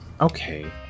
Okay